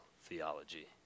theology